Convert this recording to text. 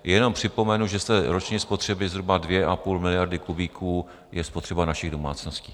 Jenom připomenu, že z roční spotřeby zhruba 2,5 miliardy kubíků je spotřeba našich domácností.